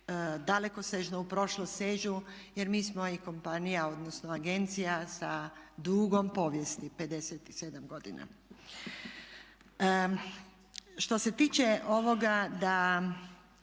dalekosežno u prošlost sežu jer mi smo i kompanija, odnosno agencija, sa dugom povijesti, 57 godina. Što se tiče ovoga da